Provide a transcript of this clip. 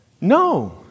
No